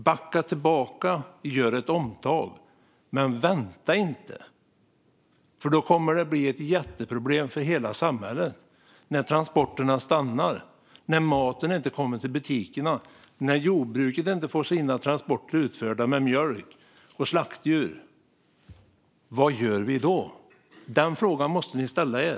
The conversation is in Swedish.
Backa tillbaka och gör ett omtag, men vänta inte, för det kommer att bli ett jätteproblem för hela samhället när transporterna stannar. När maten inte kommer till butikerna, när jordbruket inte får sina transporter med mjölk och slaktdjur utförda - vad gör vi då? Den frågan måste ni ställa er.